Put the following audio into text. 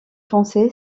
foncé